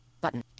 button